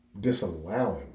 disallowing